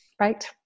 Right